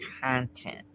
content